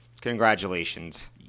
congratulations